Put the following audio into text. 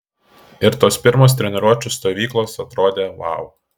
ir tos pirmos treniruočių stovyklos atrodė vau